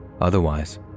Otherwise